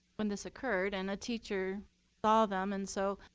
when this occurred and a teacher saw them, and so